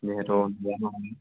যিহেতু